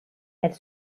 elle